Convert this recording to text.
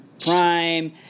Prime